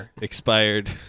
expired